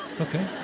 okay